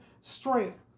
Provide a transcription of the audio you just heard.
strength